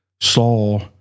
saw